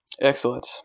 Excellent